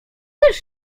też